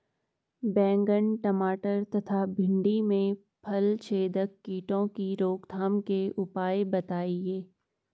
बैंगन टमाटर तथा भिन्डी में फलछेदक कीटों की रोकथाम के उपाय बताइए?